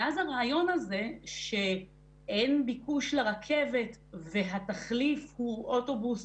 ואז הרעיון הזה שאין ביקוש לרכבת והתחליף הוא אוטובוס,